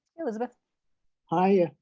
elizabeth hi.